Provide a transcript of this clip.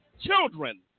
children